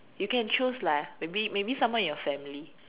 you can choose lah maybe maybe someone in your family